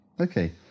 Okay